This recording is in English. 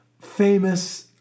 famous